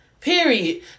Period